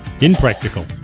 Impractical